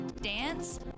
dance